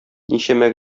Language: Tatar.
ничәмә